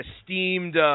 esteemed